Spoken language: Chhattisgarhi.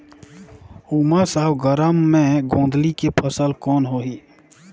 उमस अउ गरम मे गोंदली के फसल कौन होही?